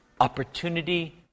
Opportunity